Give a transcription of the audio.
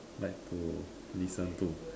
like to listen to